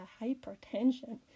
hypertension